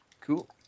Cool